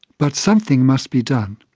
but something must be done.